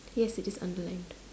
yes it is underlined